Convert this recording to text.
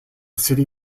city